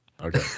Okay